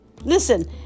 Listen